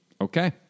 Okay